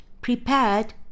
prepared